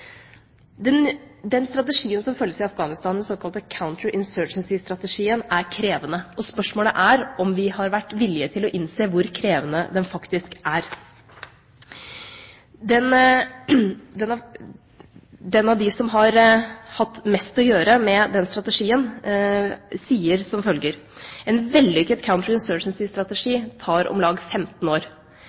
Den strategien som følges i Afghanistan, den såkalte «counter-insurgency»-strategien, er krevende. Spørsmålet er om vi har vært villige til å innse hvor krevende den faktisk er. Den av dem som har hatt mest å gjøre med den strategien, sier som følger: En vellykket «counter-insurgency»-strategi tar om lag 15 år.